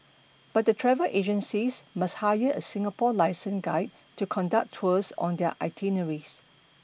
but the travel agencies must hire a Singapore licensed guide to conduct tours on their itineraries